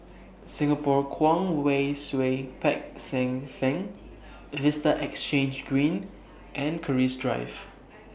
Singapore Kwong Wai Siew Peck San Theng Vista Exhange Green and Keris Drive